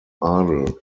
adel